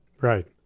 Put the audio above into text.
Right